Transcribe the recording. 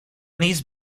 these